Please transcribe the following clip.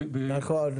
נכון.